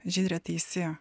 žydre teisi